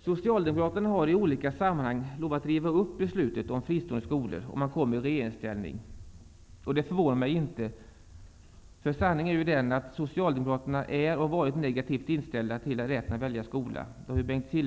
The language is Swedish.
Socialdemokraterna har i olika sammanhang lovat att riva upp beslutet om fristående skolor om man kommer i regeringsställning. Det förvånar mig inte, för sanningen är ju den att Socialdemokraterna är och har varit negativt inställda till rätten att välja skola, kommunal eller fristående.